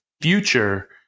future